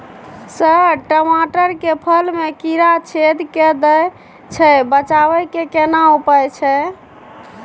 Sir टमाटर के फल में कीरा छेद के दैय छैय बचाबै के केना उपाय छैय?